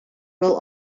will